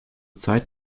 zeit